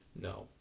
no